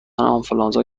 آنفولانزا